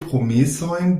promesojn